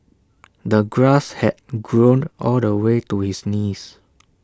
the grass had grown all the way to his knees